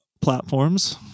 platforms